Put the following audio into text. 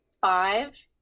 five